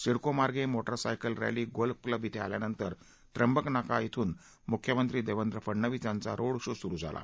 सिडको मार्गे motorcycle rally golf club येथे आल्या नंतर त्र्यंबक नाका येथून मुख्यमंत्री देवेंद्र फडणवीस यांचा रोड शो सुरू झाला